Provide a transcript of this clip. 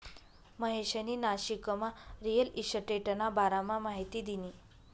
महेशनी नाशिकमा रिअल इशटेटना बारामा माहिती दिनी